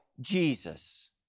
Jesus